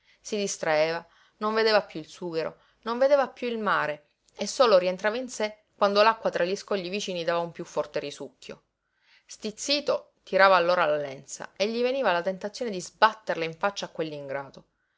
si distraeva non vedeva piú il sughero non vedeva piú il mare e solo rientrava in sé quando l'acqua tra gli scogli vicini dava un piú forte risucchio stizzito tirava allora la lenza e gli veniva la tentazione di sbatterla in faccia a quell'ingrato